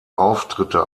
auftritte